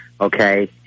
Okay